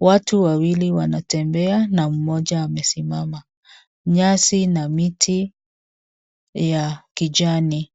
Watu wawili wanatembea na mmoja amesimama. Nyasi na miti ya kijani.